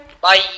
Bye